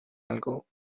algo